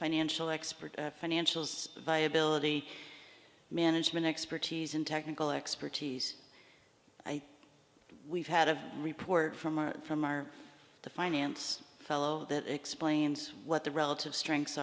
financial expert financial viability management expertise in technical expertise i think we've had a report from our from our finance fellow that explains what the relative strengths